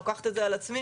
אני לוקחת את זה על עצמי,